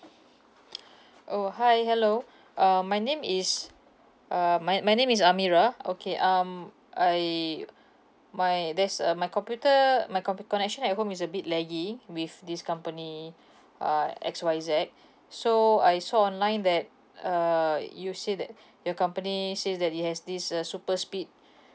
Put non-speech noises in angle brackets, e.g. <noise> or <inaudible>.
<breath> oh hi hello uh my name is uh my my name is amirah okay um I my there's a my computer my computer connection at home is a bit lagging with this company <breath> uh X Y Z so I saw online that uh you say that <breath> your company says that it has this uh super speed